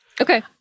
Okay